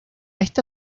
esta